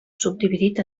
subdividit